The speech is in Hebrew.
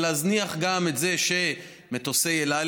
להזניח גם את זה שמטוסי אל-על,